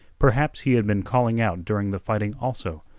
perhaps he had been calling out during the fighting also,